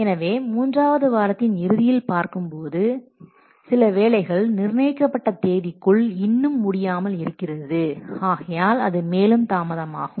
எனவே மூன்றாவது வாரத்தின் இறுதியில் பார்க்கும் போது பார்க்கும்போது சில வேலைகள் நிர்ணயிக்கப்பட்ட தேதிக்குள் இன்னும் முடியாமல் இருக்கிறது ஆகையால் அது மேலும் தாமதம் ஆகும்